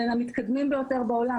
בין המתקדמים ביותר בעולם,